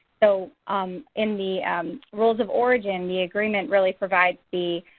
so um in the rules of origin, the agreement really provides the